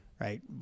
Right